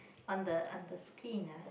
on the on the screen ah